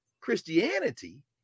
Christianity